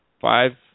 five